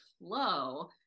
flow